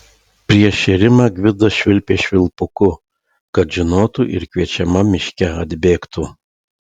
prieš šėrimą gvidas švilpė švilpuku kad žinotų ir kviečiama miške atbėgtų